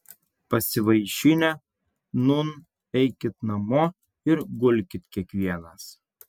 pasivaišinę nūn eikit namo ir gulkit kiekvienas